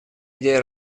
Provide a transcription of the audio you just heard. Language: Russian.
идея